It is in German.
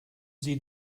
sie